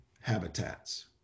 habitats